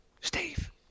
Steve